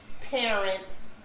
parents